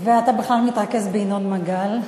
ואתה בכלל מתרכז בינון מגל,